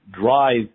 drive